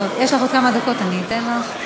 יש לך עוד כמה דקות, אני אתן לך.